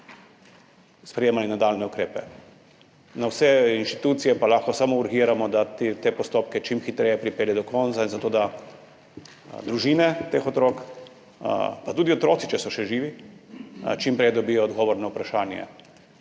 sprejemali nadaljnje ukrepe. Na vse inštitucije pa lahko samo urgiramo, da te postopke čim hitreje pripelje do konca in zato, da družine teh otrok pa tudi otroci, če so še živi, čim prej dobijo odgovor na vprašanje,